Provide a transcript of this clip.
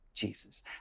Jesus